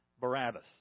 Barabbas